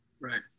Right